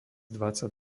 dvadsať